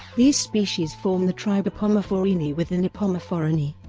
these species form the tribe epomophorini within epomophorinae.